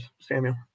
Samuel